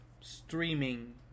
streaming